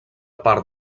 part